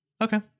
Okay